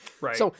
Right